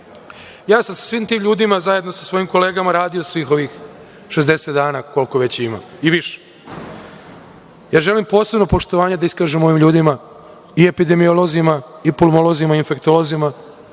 Ja sam sa svim tim ljudima zajedno sa svojim kolegama radio svih ovih 60 dana koliko već ima i više. Želim posebno poštovanje da iskažem ovim ljudima i epidemiolozima i pulmulozima i infektolozima